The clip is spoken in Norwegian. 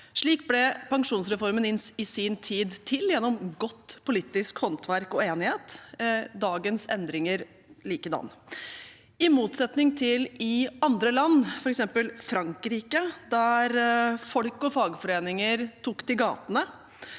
Slik ble pensjonsreformen i sin tid til gjennom godt politisk håndverk og enighet, og dagens endringer likedan – i motsetning til i andre land, f.eks. Frankrike, der folk og fagforeninger tok til gatene